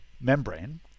membrane